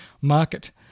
market